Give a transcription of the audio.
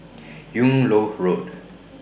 Yung Loh Road